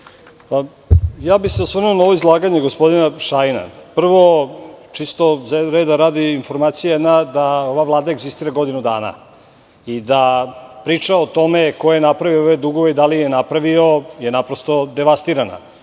bih se na ovo izlaganje gospodina Šajna. Prvo, čisto reda radi, informacija da ova vlada egzistira tek godinu dana i da je priča o tome ko je napravio ove dugove i da li ih je napravio naprosto devastirana.